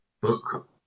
book